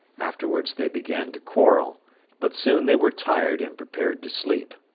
afterwards they began to quarrel but soon they were tired and prepared to sleep.